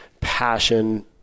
passion